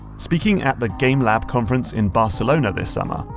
speaking at the gamelab conference in barcelona this summer,